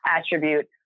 attribute